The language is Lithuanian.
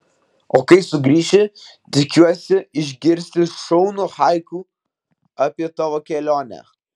o kai sugrįši tikiuosi išgirsti šaunų haiku apie tavo kelionę